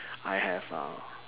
I have uh